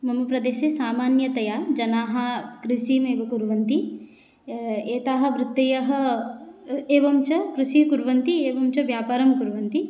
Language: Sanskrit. मम प्रदेशे सामान्यतया जनाः कृषिमेव कुर्वन्ति एताः वृत्तयः एवं च कृषिं कुर्वन्ति एवं च व्यापारं कुर्वन्ति